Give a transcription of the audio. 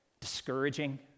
discouraging